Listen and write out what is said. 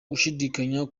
gushidikanya